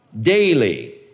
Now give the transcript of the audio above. Daily